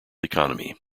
economy